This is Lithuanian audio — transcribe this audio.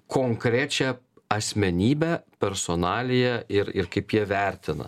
konkrečią asmenybę personaliją ir ir kaip jie vertina